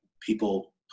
people